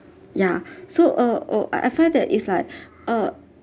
yeah so uh oh I I find that it's like uh